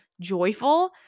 joyful